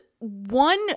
one